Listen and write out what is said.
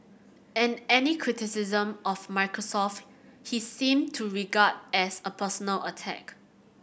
and any criticism of Microsoft he seemed to regard as a personal attack